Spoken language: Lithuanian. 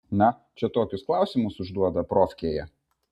na čia tokius klausimus užduoda profkėje